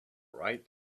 right